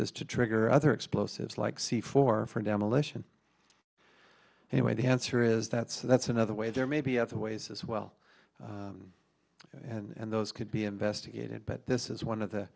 this to trigger other explosives like c four for demolition anyway the answer is that so that's another way there may be other ways as well and those could be investigated but this is one of the